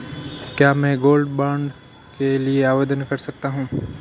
क्या मैं gold bond के लिए आवेदन कर सकता हूं?